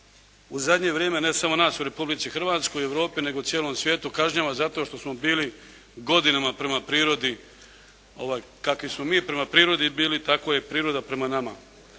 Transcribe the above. u zadnje vrijeme, ne samo nas u Republici Hrvatskoj i Europi, nego i u cijelom svijetu kažnjava zato što smo bili godinama prema prirodi kakvi smo mi prema prirodi bili, tako je i priroda prema nama.